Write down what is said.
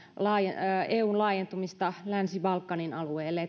eun laajentumista länsi balkanin alueelle